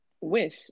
wish